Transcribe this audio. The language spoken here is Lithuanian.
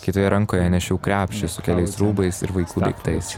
kitoje rankoje nešiau krepšį su keliais rūbais ir vaikų daiktais